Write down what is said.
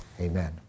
amen